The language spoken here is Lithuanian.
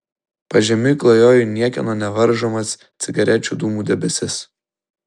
pažemiui klajojo niekieno nevaržomas cigarečių dūmų debesis